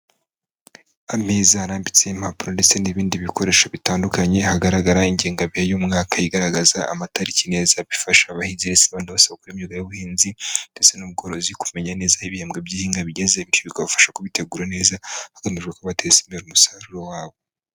Ameza arambitseho impapuro ndetse n'ibindi bikoresho bitandukanye, hagaragara ingengabihe y'umwaka igaragaza amatariki neza. Bifasha abahinzi ndetse n'abandi bose bakora imyuga y'ubuhinzi ndetse n'ubworozi, kumenya neza aho ibihembwe by'ihinga bigeze, ibyo bikabafasha kubitegura neza hagamijwe ko bateza imbere umusaruro wabo.